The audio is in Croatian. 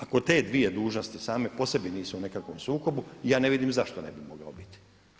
Ako te dvije dužnosti same po sebi nisu u nekakvom sukobu, ja ne vidim zašto ne bi mogao biti.